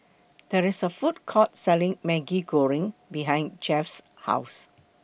There IS A Food Court Selling Maggi Goreng behind Jeff's House